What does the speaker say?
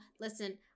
listen